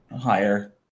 higher